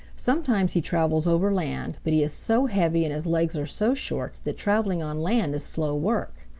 sometimes he travels over land, but he is so heavy and his legs are so short that traveling on land is slow work.